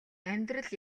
амьдрал